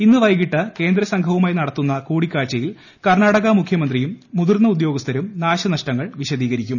ഇന്ന് വൈകിട്ട് കേന്ദ്ര സംഘവുമായി നടത്തുന്നു കൂടിക്കാഴ്ചയിൽ കർണാടക മുഖ്യമന്ത്രിയും മുതിർന്ന ഉദ്യോഗസ്ഥരുട് ക്കാൾനഷ്ടങ്ങൾ വിശദീകരിക്കും